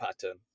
pattern